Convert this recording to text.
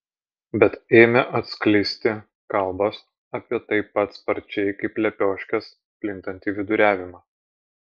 bet ėmė atsklisti kalbos apie taip pat sparčiai kaip lepioškės plintantį viduriavimą